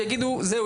יגידו 'זהו,